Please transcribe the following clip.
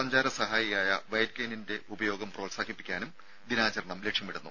സഞ്ചാര സഹായിയായ വൈറ്റ് കെയിന്റെ ഉപയോഗം പ്രോത്സാഹിപ്പിക്കാനും ദിനാചരണം ലക്ഷ്യമിടുന്നു